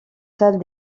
salles